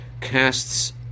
casts